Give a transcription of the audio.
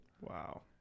Wow